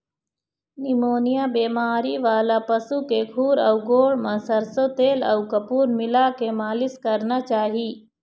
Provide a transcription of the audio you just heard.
pneumonia बेमारी वाला पशु के खूर अउ गोड़ म सरसो तेल अउ कपूर मिलाके मालिस करना चाही